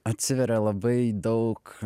atsiveria labai daug